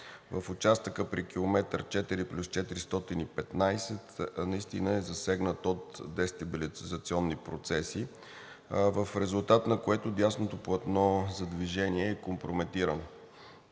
в участъка при км 4+415 наистина е засегнат от дестабилизационни процеси, в резултат на което дясното платно за движение е компрометирано.